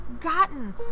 gotten